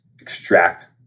extract